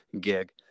gig